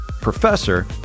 professor